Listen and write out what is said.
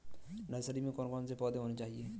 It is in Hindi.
नर्सरी में कौन कौन से पौधे होने चाहिए?